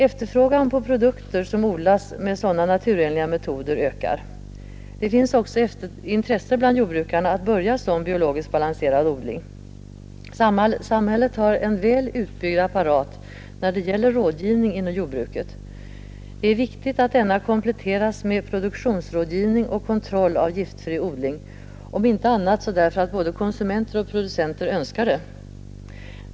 Efterfrågan på produkter som odlas med sådana naturenliga metoder ökar. Det finns också intresse bland jordbrukare att börja sådan biologiskt balanserad odling. Samhället har en väl utbyggd apparat när det gäller rådgivning inom jordbruket. Det är viktigt att denna kompletteras med produktionsrådgivning och kontroll av giftfri odling, om inte annat så därför att både konsumenter och producenter önskar det.